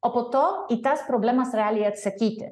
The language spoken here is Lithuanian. o po to į tas problemas realiai atsakyti